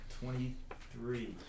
twenty-three